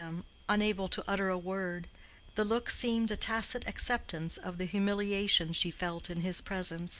unable to utter a word the look seemed a tacit acceptance of the humiliation she felt in his presence.